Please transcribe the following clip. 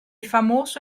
famoso